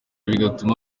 bigatuma